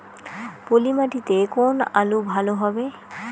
পলি মাটিতে কোন আলু ভালো হবে?